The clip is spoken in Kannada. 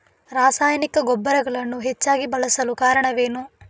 ರಾಸಾಯನಿಕ ಗೊಬ್ಬರಗಳನ್ನು ಹೆಚ್ಚಾಗಿ ಬಳಸಲು ಕಾರಣವೇನು?